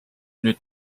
nüüd